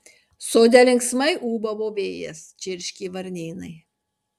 sode linksmai ūbavo vėjas čirškė varnėnai